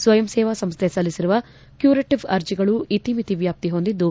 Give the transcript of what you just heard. ಸ್ವಯಂ ಸೇವಾ ಸಂಸ್ಥೆ ಸಲ್ಲಿಸಿರುವ ಕ್ಕೂರೆಟವ್ ಅರ್ಜಿಗಳು ಇತಿಮಿತಿ ವ್ಯಾಪ್ತಿ ಹೊಂದಿದ್ದು